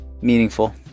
meaningful